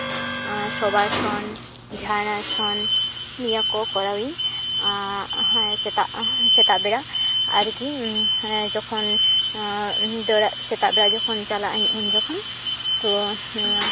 ᱥᱚᱵᱟᱥᱚᱱ ᱫᱷᱮᱭᱟᱱᱟᱥᱚᱱ ᱱᱤᱭᱟᱹ ᱠᱚ ᱠᱚᱨᱟᱣᱤᱧ ᱦᱮᱸ ᱥᱮᱛᱟᱜ ᱥᱮᱛᱟᱜ ᱵᱮᱲᱟ ᱟᱨᱠᱤ ᱡᱚᱠᱷᱚᱱ ᱫᱟᱹᱲᱟᱜ ᱥᱮᱛᱟᱜ ᱵᱮᱲᱟ ᱡᱚᱠᱷᱚᱱ ᱪᱟᱞᱟᱜ ᱤᱧ ᱩᱱ ᱡᱚᱠᱷᱚᱱ ᱛᱚ